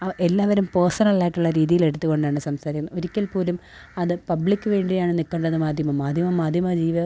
അവർ എല്ലാവരും പേർസണൽ ആയിട്ടുള്ള രീതിയില് എടുത്തുകൊണ്ടാണ് സംസാരം ഒരിക്കല് പോലും അത് പബ്ലിക് വേണ്ടിയാണ് നിൽക്കേണ്ടത് മാധ്യമം മാധ്യമം മാധ്യമജീവിതം